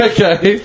Okay